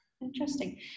interesting